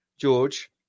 George